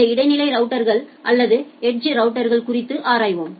இந்த இடைநிலை ரவுட்டர்கள் அல்லது எட்ஜ் ரவுட்டர்கள் குறித்து ஆராய்வோம்